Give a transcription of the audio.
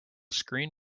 screen